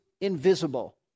Invisible